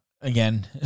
Again